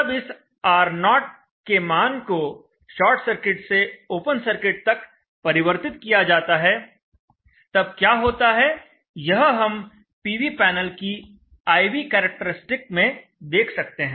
जब इस R0 के मान को शॉर्ट सर्किट से ओपन सर्किट तक परिवर्तित किया जाता है तब क्या होता है यह हम पीवी पैनल की I V करैक्टरिस्टिक में देख सकते हैं